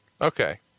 Okay